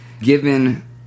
Given